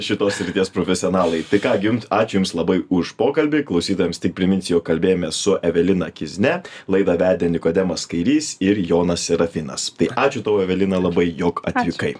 šitos srities profesionalai tai ką gi jum ačiū jums labai už pokalbį klausytojams tik priminsiu kalbėjomės su evelina kizne laidą vedė nikodemas kairys ir jonas serafinas tai ačiū tau evelina labai jog atvykai